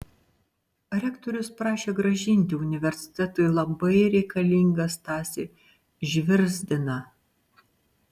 rektorius prašė grąžinti universitetui labai reikalingą stasį žvirzdiną